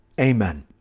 Amen